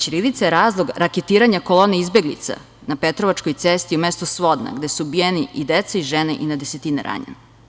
Ćirilica je razlog raketiranja kolone izbeglica na Petrovačkoj cesti u mestu Svodna gde su ubijeni i deca i žene i na desetine ranjeno.